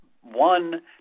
one